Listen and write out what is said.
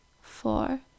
four